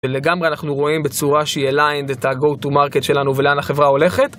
ולגמרי אנחנו רואים בצורה שהיא aligned את ה-go-to-market שלנו ולאן החברה הולכת.